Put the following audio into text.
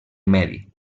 medi